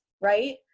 right